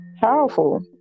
powerful